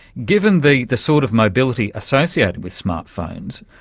given the the sort of mobility associated with smart phones.